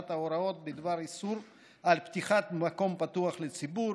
ההוראות בדבר איסור על פתיחת מקום פתוח לציבור,